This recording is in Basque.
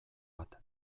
bat